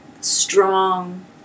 strong